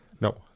No